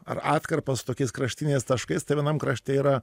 ar atkarpas tokiais kraštiniais taškais tai vienam krašte yra